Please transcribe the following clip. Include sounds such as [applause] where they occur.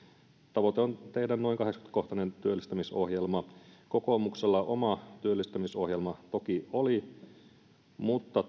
tavoite on tehdä noin kahdeksankymmentä kohtainen työllistämisohjelma kokoomuksella oma työllistämisohjelma toki oli mutta [unintelligible]